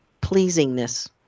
pleasingness